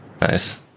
Nice